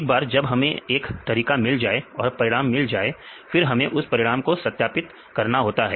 एक बार जब हमें एक तरीका मिल जाए और परिणाम मिल जाए फिर हमें उस परिणाम को सत्यापित करना होता है